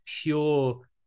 pure